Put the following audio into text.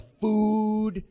food